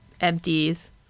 empties